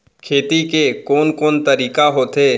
खेती के कोन कोन तरीका होथे?